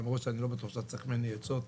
למרות שאני לא בטוח שאתה צריך ממני עצות.